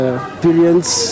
experience